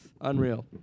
Unreal